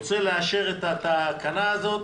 רוצה לאשר את התקנה הזאת,